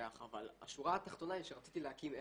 אבל השורה התחתונה היא שרציתי להקים עסק.